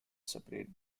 separate